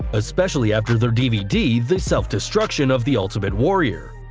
especially after their dvd the self-destruction of the ultimate warrior'.